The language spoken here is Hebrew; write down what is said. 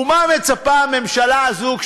ומה מצפה הממשלה הזאת,